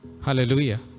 Hallelujah